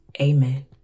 Amen